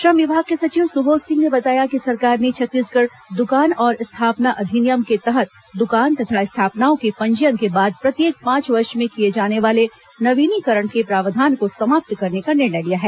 श्रम विभाग के सचिव सुबोध सिंह ने बताया कि सरकार ने छत्तीसगढ़ दुकान और स्थापना अधिनियम के तहत द्वकान तथा स्थापनाओं के पंजीयन के बाद प्रत्येक पांच वर्ष में किए जाने वाले नवीनीकरण के प्रावधान को समाप्त करने का निर्णय लिया है